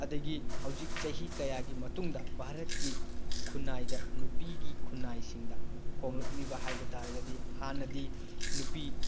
ꯑꯗꯒꯤ ꯍꯧꯖꯤꯛ ꯆꯍꯤ ꯀꯌꯥꯒꯤ ꯃꯇꯨꯡꯗ ꯚꯥꯔꯠꯀꯤ ꯈꯨꯅꯥꯏꯗ ꯅꯨꯄꯤꯒꯤ ꯈꯨꯅꯥꯏꯁꯤꯡꯗ ꯍꯣꯡꯂꯛꯂꯤꯕ ꯍꯥꯏꯕꯇꯥꯔꯗꯤ ꯍꯥꯟꯅꯗꯤ ꯅꯨꯄꯤ